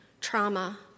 trauma